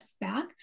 back